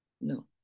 no